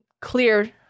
clear